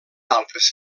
altres